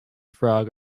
frog